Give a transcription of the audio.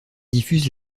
diffuse